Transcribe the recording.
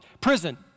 prison